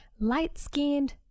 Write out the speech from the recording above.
Light-skinned